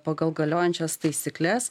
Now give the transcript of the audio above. pagal galiojančias taisykles